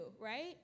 right